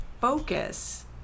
focus